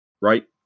right